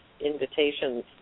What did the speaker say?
invitations